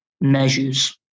measures